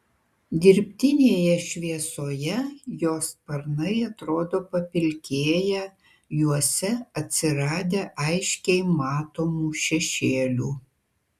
dirbtinėje šviesoje jo sparnai atrodo papilkėję juose atsiradę aiškiai matomų šešėlių